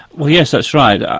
well, yes, that's right. um